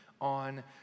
on